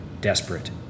desperate